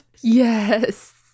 Yes